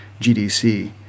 GDC